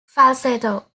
falsetto